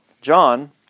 John